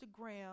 Instagram